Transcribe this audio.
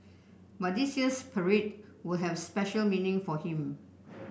but this year's parade will have special meaning for him